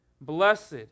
Blessed